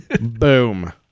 boom